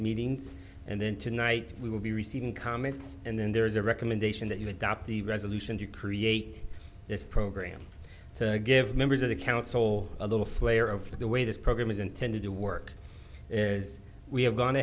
meetings and then tonight we will be receiving comments and then there is a recommendation that you adopt the resolution to create this program to give members of the council a little flavor of the way this program is intended to work as we have gone